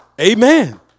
Amen